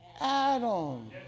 Adam